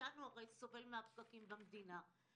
מאיתנו הרי סובל מן הפקקים במדינה.